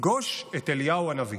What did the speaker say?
לפגוש את אליהו הנביא.